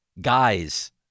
guys